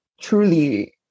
truly